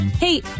Hey